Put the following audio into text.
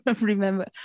remember